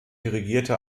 dirigierte